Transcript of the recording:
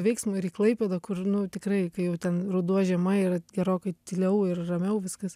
veiksmo ir į klaipėdą kur nu tikrai kai jau ten ruduo žiema yra gerokai tyliau ir ramiau viskas